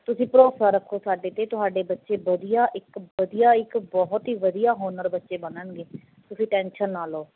ਤੁਸੀਂ ਭਰੋਸਾ ਰੱਖੋ ਸਾਡੇ 'ਤੇ ਤੁਹਾਡੇ ਬੱਚੇ ਵਧੀਆ ਇੱਕ ਵਧੀਆ ਇੱਕ ਬਹੁਤ ਹੀ ਵਧੀਆ ਹੋਣਹਾਰ ਬੱਚੇ ਬਣਨਗੇ ਤੁਸੀਂ ਟੈਨਸ਼ਨ ਨਾ ਲਓ